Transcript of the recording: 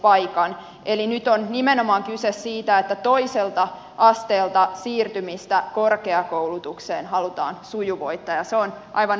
eli nyt on nimenomaan kyse siitä että toiselta asteelta siirtymistä korkeakoulutukseen halutaan sujuvoittaa ja se on aivan oikea tavoite